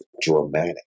dramatic